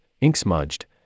ink-smudged